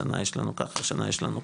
השנה יש לנו ככה,